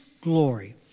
glory